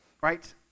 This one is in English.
right